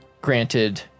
granted